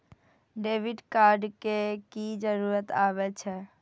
Debit card के की जरूर आवे छै?